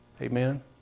Amen